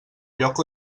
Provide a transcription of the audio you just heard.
lloc